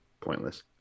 pointless